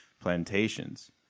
plantations